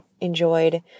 enjoyed